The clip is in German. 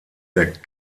der